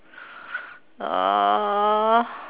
uh